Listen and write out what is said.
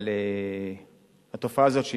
אבל התופעה הזאת,